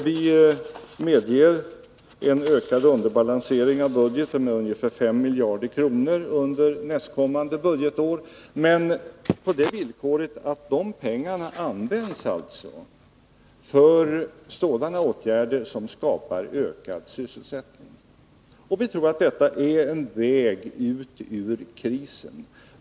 Vi medger en ökad underbalansering av budgeten med ungefär 5 miljarder kronor under nästkommande budgetår — men alltså på det villkoret att de pengarna används för sådana åtgärder som skapar ökad sysselsättning. Detta är, tror vi, en väg ut ur krisen.